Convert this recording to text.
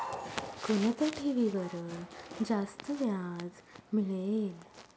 कोणत्या ठेवीवर जास्त व्याज मिळेल?